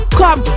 come